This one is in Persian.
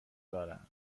دارم